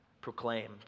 proclaimed